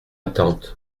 tante